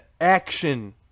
action